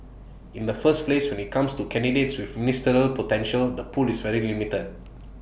in the first place when IT comes to candidates with ministerial potential the pool is very limited